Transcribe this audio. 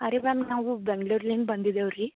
ನಾವು ಬೆಂಗ್ಳೂರ್ಲಿಂದ ಬಂದಿದೇವೆ ರೀ